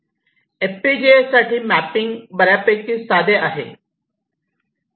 एफपीजीएसाठी mapping बऱ्यापैकी साधे आहे